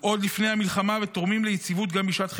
עוד לפני המלחמה ותורמים ליציבות גם בשעת חירום.